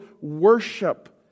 worship